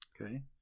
Okay